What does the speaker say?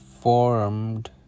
formed